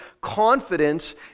confidence